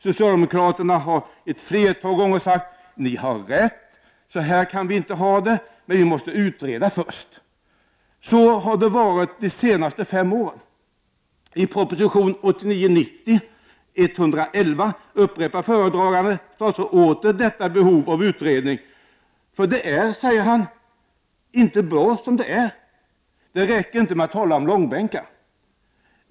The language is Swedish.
Socialdemokraterna har ett flertal gånger sagt: Ni har rätt, så här kan vi inte ha det, men vi måste utreda först. Så har det varit de senaste fem åren. I proposition 111 upprepar föredragande statsråd åter detta med behov av utredning, eftersom det inte, säger han, är bra som det är. Det räcker inte att tala om långbänkar.